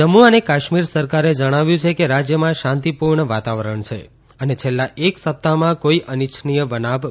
જમ્મુ અને કાશ્મીર સરકારે જણાવ્યું છે કે રાજ્યમાં શાંતિપૂર્ણ વાતાવરણ છે અને છેલ્લા એક સપ્તાહમાં કોઇ અનિચ્છનીય બનાવ બન્યો નથી